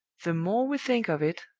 the more we think of it,